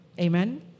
Amen